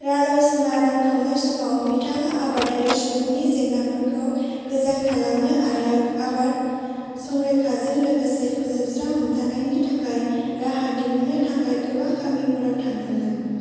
रालयसीमा रानखावनाय समाव बिथाङा आबादारि सुबुंफोरनि जेंनाफोरखौ गोजान खालामनो आरो आबाद संरैखाजों लोगोसे फोजोबस्रां हमथानायनि थाखाय राहा दिहुन्नो थाखाय गोबां गामिफोराव थांदोंमोन